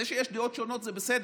זה שיש דעות שונות זה בסדר,